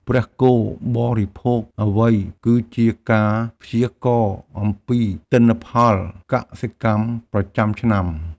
ព្រះគោបរិភោគអ្វី គឺជាការព្យាករណ៍អំពីទិន្នផលកសិកម្មប្រចាំឆ្នាំ។